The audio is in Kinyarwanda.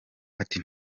ati